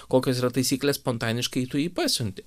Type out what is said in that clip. kokios yra taisyklės spontaniškai tu jį pasiunti